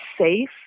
safe